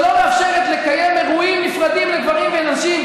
שלא מאפשרת לקיים אירועים נפרדים לגברים ונשים,